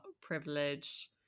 privilege